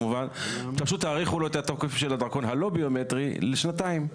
פשוט תאריכו לו את התוקף של הדרכון הלא-ביומטרי לשנתיים?